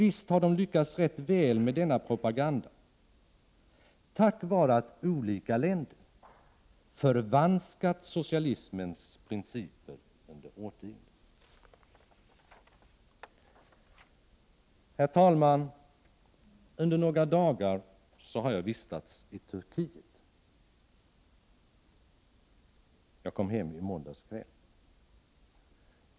Visst har de lyckats rätt väl med denna propaganda — tack vare att olika länder under årtionden har förvanskat socialismens principer. Herr talman! Under några dagar har jag vistats i Turkiet. Jag kom hem i måndags kväll.